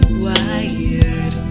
wired